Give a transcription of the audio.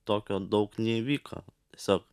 tokio daug neįvyko tiesiog